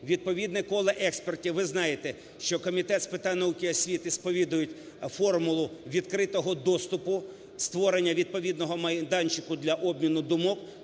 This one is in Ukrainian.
відповідне коло експертів… Ви знаєте, що Комітет з питань науки і освіти сповідують формулу відкритого доступу, створення відповідного майданчику для обміну думок.